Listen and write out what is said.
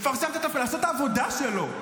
לפרסם, לעשות את העבודה שלו.